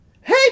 Hey